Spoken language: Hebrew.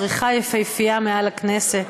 זריחה יפהפייה מעל הכנסת.